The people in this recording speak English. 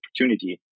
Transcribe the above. opportunity